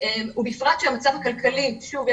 ובפרט כאשר המצב הכלכלי שוב,